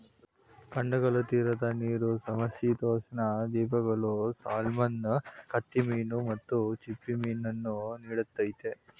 ಖಂಡಗಳ ತೀರದ ನೀರು ಮತ್ತು ಸಮಶೀತೋಷ್ಣ ದ್ವೀಪಗಳು ಸಾಲ್ಮನ್ ಕತ್ತಿಮೀನು ಮತ್ತು ಚಿಪ್ಪುಮೀನನ್ನು ನೀಡ್ತದೆ